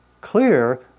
clear